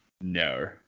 No